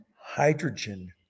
hydrogen